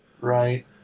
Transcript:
Right